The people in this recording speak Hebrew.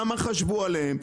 כמה חשבו עליהם.